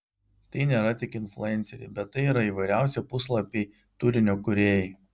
tai nėra tik influenceriai bet tai yra įvairiausi puslapiai turinio kūrėjai